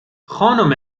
خانم